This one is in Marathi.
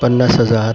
पन्नास हजार